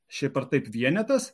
šiaip ar taip vienetas